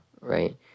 Right